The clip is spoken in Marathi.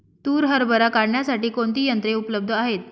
तूर हरभरा काढण्यासाठी कोणती यंत्रे उपलब्ध आहेत?